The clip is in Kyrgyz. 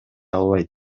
албайт